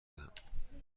دهم